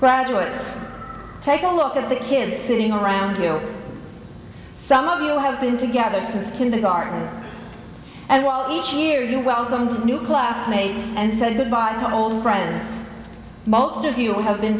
graduates take a look at the kid sitting around you some of you have been together since kindergarten and each year you welcome to new classmates and said goodbye to old friends most of you have been